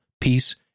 peace